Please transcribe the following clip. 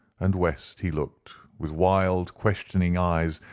and west he looked with wild questioning eyes,